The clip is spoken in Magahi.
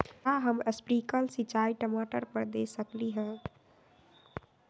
का हम स्प्रिंकल सिंचाई टमाटर पर दे सकली ह?